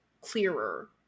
clearer